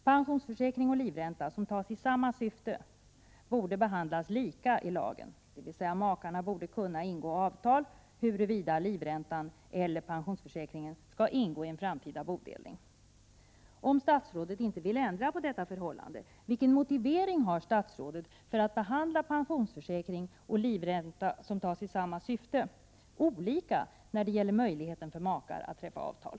Pensionsförsäkring och livränta som tas i samma syfte borde behandlas lika i lagen, dvs. makarna borde kunna ingå avtal om huruvida livräntan eller pensionsförsäkringen skall ingå i en framtida bodelning. Om statsrådet inte vill ändra på detta förhållande, vilken motivering har statsrådet då för att behandla pensionsförsäkring och livränta som tas i samma syfte olika när det gäller möjligheten för makar att träffa avtal?